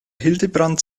hildebrand